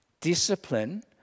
discipline